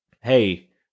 hey